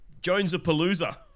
Jones-a-Palooza